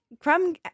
Crumb